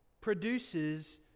produces